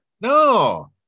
No